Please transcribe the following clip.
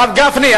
הרב גפני,